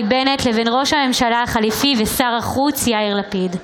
בנט לבין ראש הממשלה החליפי ושר החוץ יאיר לפיד.